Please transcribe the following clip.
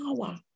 power